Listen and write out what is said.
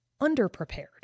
underprepared